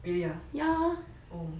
really ah oh